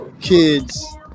kids